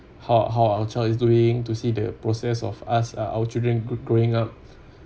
how how our child is doing to see the process of us uh our children growing up